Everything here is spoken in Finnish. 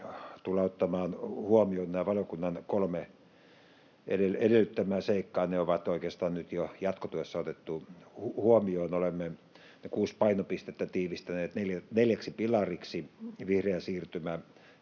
tullaan ottamaan huomioon. Nämä kolme valiokunnan edellyttämää seikkaa on oikeastaan jo nyt jatkotyössä otettu huomioon. Olemme ne kuusi painopistettä tiivistäneet neljäksi pilariksi: vihreä siirtymä,